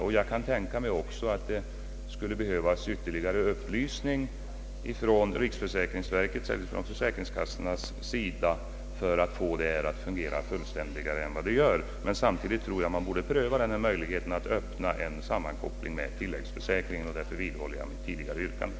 Jag kan också tänka mig att det skulle behövas ytterligare upplysning från riksförsäkringsverkets eller försäkringskassornas sida för att få detta att fungera fullständigare än det gör. Men samtidigt tror jag att man borde pröva denna möjlighet till en sammankoppling med tilläggsförsäkringen. Därför vidhåller jag mitt tidigare yrkande.